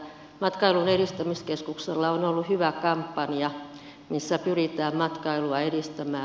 matkailun edistämiskeskuksella on ollut hyvä kampanja missä pyritään matkailua edistämään